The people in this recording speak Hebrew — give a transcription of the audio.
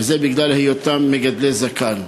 וזה בגלל היותם מגדלי זקן.